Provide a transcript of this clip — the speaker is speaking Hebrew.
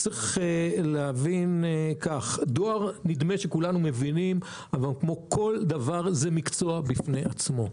צריך להבין כך נדמה שכולנו מבינים שדואר זה מקצוע בפני עצמו.